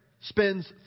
spends